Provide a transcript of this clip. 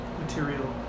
material